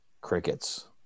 Crickets